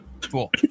Cool